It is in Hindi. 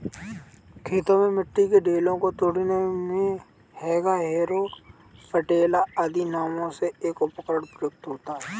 खेतों में मिट्टी के ढेलों को तोड़ने मे हेंगा, हैरो, पटेला आदि नामों से एक उपकरण प्रयुक्त होता है